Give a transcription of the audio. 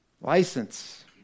license